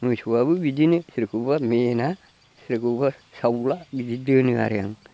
मोसौआबो बिदिनो सोरखौबा मेना सोरखौबा सावला बिदि दोनो आरो आं